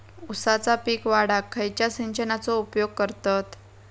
ऊसाचा पीक वाढाक खयच्या सिंचनाचो उपयोग करतत?